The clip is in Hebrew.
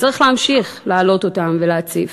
שצריך להמשיך להעלות אותם ולהציף,